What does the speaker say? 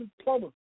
plumber